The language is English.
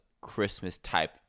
Christmas-type